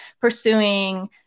pursuing